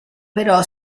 però